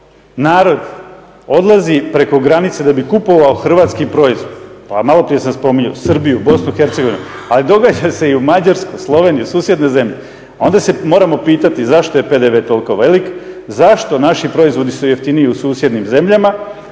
narod odlazi preko granice da bi kupovao hrvatski proizvod, pa maloprije sam spominjao Srbiju, BiH, ali događa se i Mađarsku, Sloveniju, susjedne zemlje, onda se moramo pitati zašto je PDV toliko velik, zašto naši proizvodi su jeftiniji u susjednim zemljama,